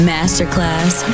Masterclass